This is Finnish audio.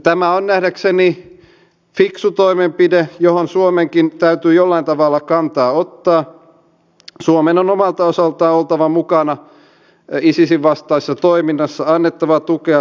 tässä on ollut kotimaisuudesta paljon puhetta ja haluan nyt muistuttaa itse kullekin että olen syyllistynyt tähän myös itsekin ne meistä keillä on varaa ostaisivat niitä kotimaisia tuotteita ja matkailisivat suomessa